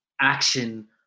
action